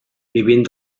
vivint